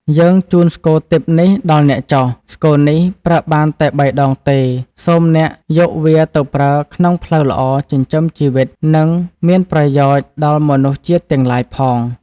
យើង ជូនស្គរទិព្វនេះដល់អ្នកចុះ ។ ស្គរនេះប្រើបានតែបីដងទេសូមអ្នកយកវាទៅប្រើក្នុងផ្លូវល្អចិញ្ចឹមជីវិតនិងមាន ប្រយោជន៍ដល់មនុស្សជាតិទាំងឡាយផង ។